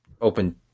open